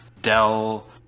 dell